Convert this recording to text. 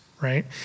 Right